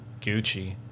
Gucci